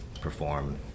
perform